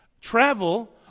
travel